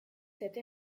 cette